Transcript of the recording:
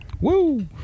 Woo